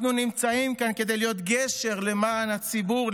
אנחנו נמצאים כאן כדי להיות גשר למען הציבור,